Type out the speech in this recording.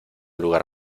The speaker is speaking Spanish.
lugar